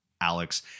alex